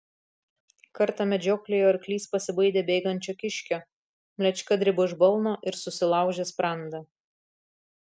kartą medžioklėje jo arklys pasibaidė bėgančio kiškio mlečka dribo iš balno ir susilaužė sprandą